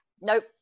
Nope